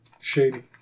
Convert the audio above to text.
Shady